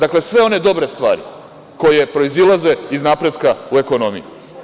Dakle, sve one dobre stvari koje proizilaze iz napretka u ekonomiji.